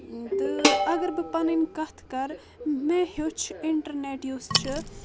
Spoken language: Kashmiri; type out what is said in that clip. تہٕ اگر بہٕ پنٕنۍ کتھ کرٕ مےٚ ہیٚوچھ انٹرنیٚٹ یُس چھُ